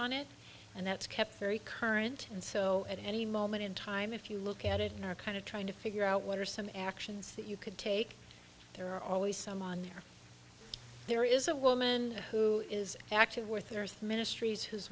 on it and that's kept very current and so at any moment in time if you look at it and are kind of trying to figure out what are some actions that you could take there are always some on there there is a woman who is actually worth earth ministries